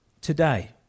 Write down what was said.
today